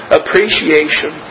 appreciation